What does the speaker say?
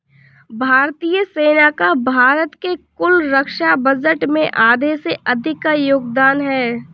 भारतीय सेना का भारत के कुल रक्षा बजट में आधे से अधिक का योगदान है